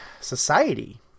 society